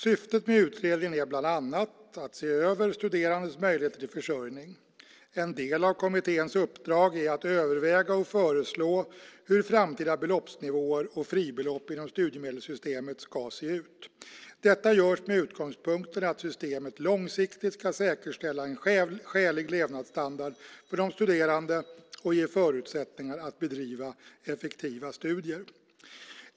Syftet med utredningen är bland annat att se över studerandes möjligheter till försörjning. En del av kommitténs uppdrag är att överväga och föreslå hur framtida beloppsnivåer och fribelopp inom studiemedelssystemet ska se ut. Detta görs med utgångspunkten att systemet långsiktigt ska säkerställa en skälig levnadsstandard för de studerande och ge förutsättningar att bedriva effektiva studier.